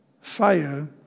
fire